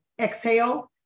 exhale